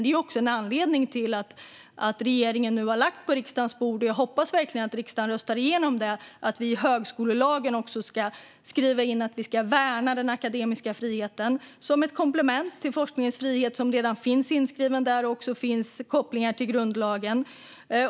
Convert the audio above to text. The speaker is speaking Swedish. Det är också en anledning till att regeringen har lagt på riksdagens bord - och jag hoppas verkligen att riksdagen röstar igenom detta - ett förslag om att i högskolelagen skriva in att den akademiska friheten ska värnas som ett komplement till forskningens frihet, som redan finns inskriven i grundlagen. Där finns kopplingar till grundlagen.